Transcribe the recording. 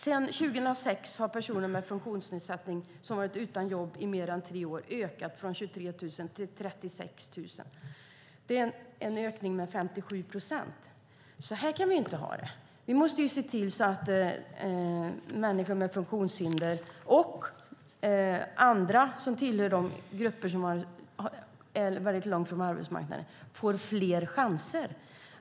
Sedan 2006 har antalet personer med funktionsnedsättning som varit utan jobb i mer än tre år ökat från 23 000 till 36 000. Det är en ökning med 57 procent. Så kan vi inte ha det. Vi måste se till att människor med funktionshinder och andra i de grupper som står långt från arbetsmarknaden får fler chanser.